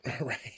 Right